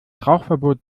rauchverbot